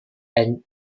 and